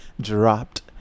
dropped